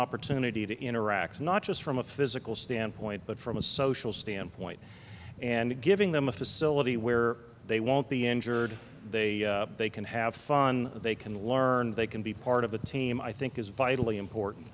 opportunity to interact not just from a physical standpoint but from a social standpoint and giving them a facility where they won't be injured they they can have fun they can learn they can be part of a team i think is vitally important